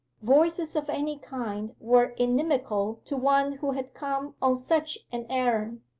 voices of any kind were inimical to one who had come on such an errand.